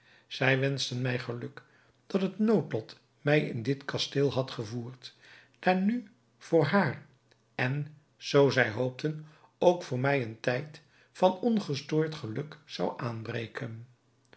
zij wenschten mij geluk dat het noodlot mij in dit kasteel had gevoerd daar nu voor haar en zoo zij hoopten ook voor mij een tijd van ongestoord geluk zou aanbreken